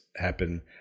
happen